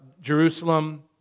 Jerusalem